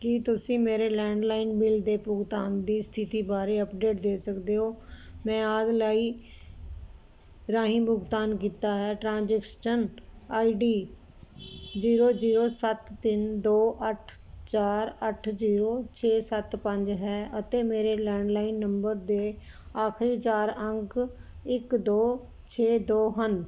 ਕੀ ਤੁਸੀਂ ਮੇਰੇ landline bill ਦੇ ਭੁਗਤਾਨ ਦੀ ਸਥਿਤੀ ਬਾਰੇ ਅੱਪਡੇਟ ਦੇ ਸਕਦੇ ਹੋ ਮੈਂ ਆਦਿ ਲਈ ਰਾਹੀਂ ਭੁਗਤਾਨ ਕੀਤਾ ਹੈ transaction I D zero zero ਸੱਤ ਤਿੰਨ ਦੋ ਅੱਠ ਚਾਰ ਅੱਠ ਜ਼ੀਰੋ ਛੇ ਸੱਤ ਪੰਜ ਹੈ ਅਤੇ ਮੇਰੇ ਲੈਂਡਲਾਈਨ ਨੰਬਰ ਦੇ ਆਖਰੀ ਚਾਰ ਅੰਕ ਇੱਕ ਦੋ ਛੇ ਦੋ ਹਨ